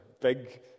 big